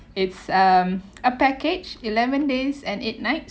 it's um a package eleven days and eight nights